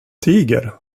tiger